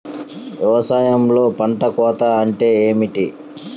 వ్యవసాయంలో పంట కోత అంటే ఏమిటి?